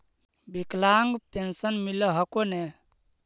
विकलांग पेन्शन मिल हको ने?